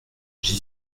j’y